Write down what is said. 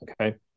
okay